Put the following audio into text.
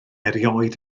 erioed